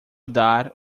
dar